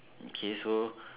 okay so